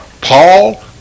paul